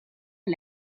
est